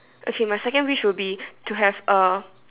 okay my second wish will be to have A